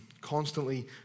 constantly